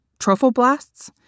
trophoblasts